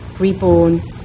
Reborn